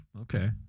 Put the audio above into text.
okay